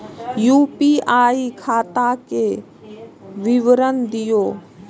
UPI खाता के विवरण दिअ?